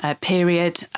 period